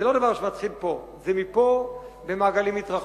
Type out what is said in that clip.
זה לא דבר שמתחיל פה, זה מפה במעגלים מתרחבים.